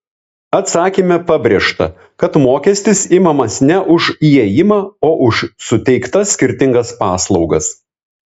atsakyme pabrėžta kad mokestis imamas ne už įėjimą o už suteiktas skirtingas paslaugas